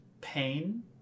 Pain